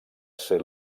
ser